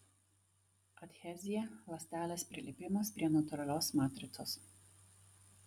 adhezija ląstelės prilipimas prie natūralios matricos